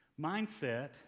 mindset